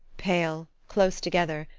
pale, close together,